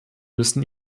müssen